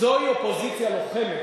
זוהי אופוזיציה לוחמת.